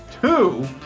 two